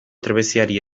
trebeziari